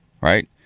right